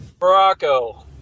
Morocco